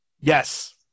Yes